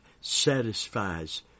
satisfies